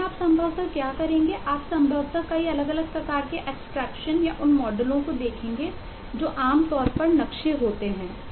लेकिन आप संभवतः क्या करेंगे आप संभवतः कई अलग अलग प्रकार के एब्स्ट्रेक्शन या उन मॉडलों को देखेंगे जो आमतौर पर नक्शे होते हैं